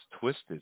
twisted